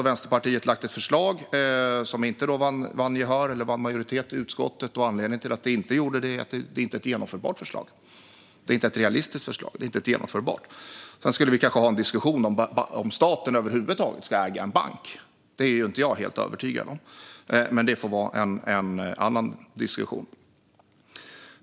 Vänsterpartiet har lagt fram ett förslag som inte fick majoritet i utskottet. Anledningen till det var att det inte är ett genomförbart och realistiskt förslag. Sedan skulle vi kanske ha en diskussion om staten över huvud taget ska äga en bank. Det är jag inte helt övertygad om. Men det får bli en annan diskussion.